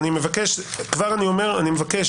מתי יוגש